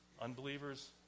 unbelievers